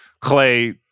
Clay